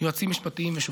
יועצים משפטיים ושופטים.